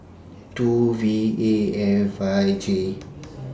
two V A F five J